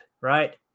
right